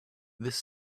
this